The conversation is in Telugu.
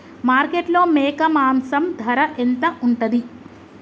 మార్కెట్లో మేక మాంసం ధర ఎంత ఉంటది?